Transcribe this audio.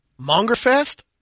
Mongerfest